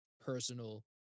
personal